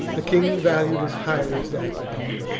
the king valued as highly as that of the people.